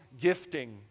gifting